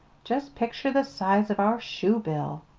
just picture the size of our shoe bill!